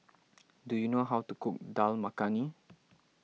do you know how to cook Dal Makhani